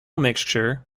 mixture